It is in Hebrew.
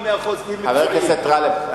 חבר הכנסת גאלב, הבט,